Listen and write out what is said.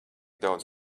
daudz